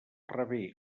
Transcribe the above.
rebé